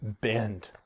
bend